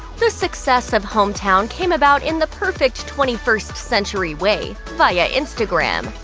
the success of home town came about in the perfect twenty first century way via instagram.